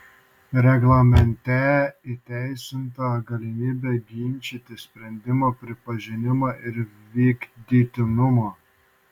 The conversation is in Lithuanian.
reglamente įteisinta galimybė ginčyti sprendimo pripažinimą ir vykdytinumą